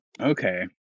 okay